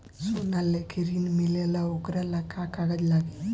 सोना लेके ऋण मिलेला वोकरा ला का कागज लागी?